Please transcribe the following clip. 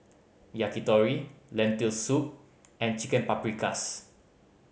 Yakitori Lentil Soup and Chicken Paprikas